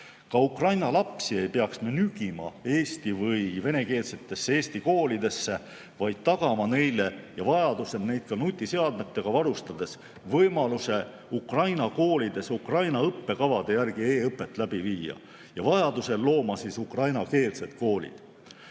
arvestama. Ukraina lapsi ei peaks me nügima eesti- või venekeelsetesse Eesti koolidesse, vaid tagama neile, vajadusel neid ka nutiseadmetega varustades, võimaluse Ukraina koolides Ukraina õppekavade järgi e-õpet kasutada ja vajadusel looma ukrainakeelsed koolid.Me